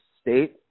state